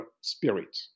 spirit